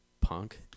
punk